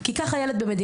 כך מחולק גם הילד בישראל.